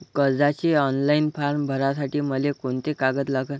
कर्जाचे online form भरासाठी मले कोंते कागद लागन?